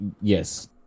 yes